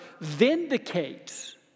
vindicates